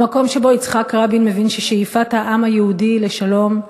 במקום שבו יצחק רבין הבין ששאיפת העם היהודי לשלום,